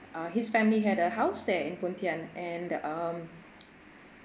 uh his family had a house there in pontian and um